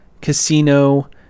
Casino